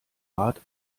art